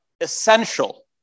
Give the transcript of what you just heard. essential